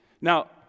Now